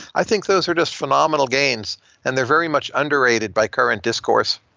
i think those are just phenomenal gains and they're very much underrated by current discourse.